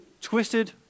twisted